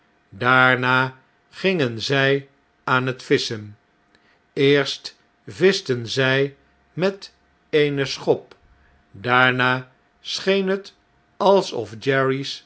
daarna gingen zij aan het visschen eerst vischten zjj met eene schop daarna scheen het alsof